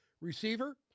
receiver